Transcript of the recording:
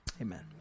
amen